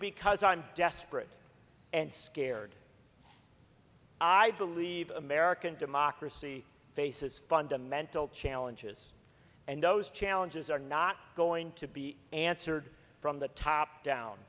because i'm desperate and scared i believe american democracy faces fundamental challenges and those challenges are not going to be answered from the top down